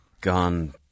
gone